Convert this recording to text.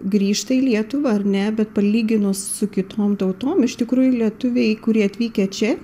grįžta į lietuvą ar ne bet palyginus su kitom tautom iš tikrųjų lietuviai kurie atvykę čia